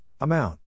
amount